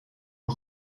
een